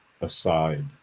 aside